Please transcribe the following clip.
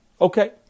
Okay